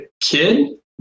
kid